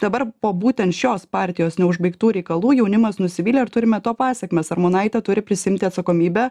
dabar po būtent šios partijos neužbaigtų reikalų jaunimas nusivylė ir turime to pasekmes armonaitė turi prisiimti atsakomybę